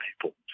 people